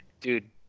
Dude